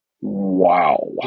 Wow